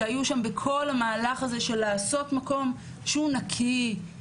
שהיו שם בכל המהלך הזה של לעשות מקום שהוא נקי,